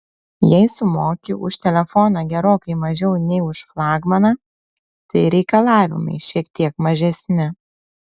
jei sumoki už telefoną gerokai mažiau nei už flagmaną tai ir reikalavimai šiek tiek mažesni